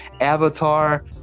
avatar